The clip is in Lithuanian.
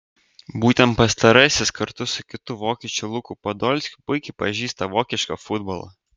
būtent pastarasis kartu su kitu vokiečiu luku podolskiu puikiai pažįsta vokišką futbolą